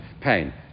pain